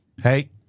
Hey